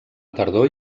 tardor